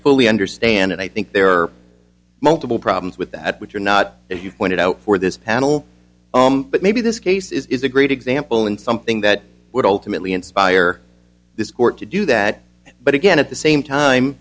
fully understand it i think there are multiple problems with that which are not as you pointed out for this panel but maybe this case is a great example and something that would ultimately inspire this court to do that but again at the same time